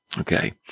okay